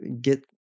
get